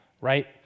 right